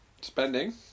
Spending